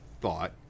thought